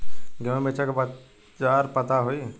गेहूँ बेचे के बाजार पता होई?